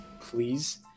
please